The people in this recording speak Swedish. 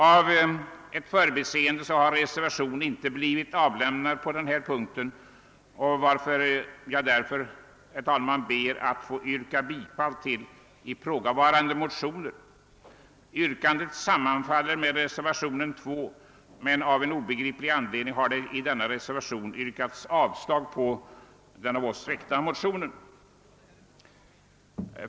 Av ett förbiseende har någon reservation inte blivit avgiven på den punkten, varför jag, herr talman, ber att få yrka bifall till ifrågavarande motioner. Yrkandet sammanfaller med reservation 2, men av någon obegriplig anledning föreslås det i reservationen att den av oss väckta motionen skall avslås.